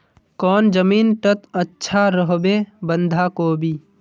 कौन जमीन टत अच्छा रोहबे बंधाकोबी?